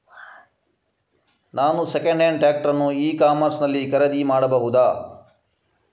ನಾನು second hand tractor ಅನ್ನು e commerce ನಲ್ಲಿ ಖರೀದಿ ಮಾಡಬಹುದಾ?